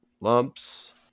lumps